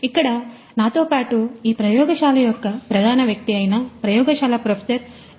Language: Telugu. ఇక్కడ నాతో పాటు ఈ ప్రయోగశాల యొక్క ప్రధాన వ్యక్తి అయినా ప్రయోగశాల ప్రొఫెసర్ ఎస్